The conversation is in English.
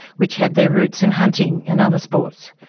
which had their roots in hunting and other sports.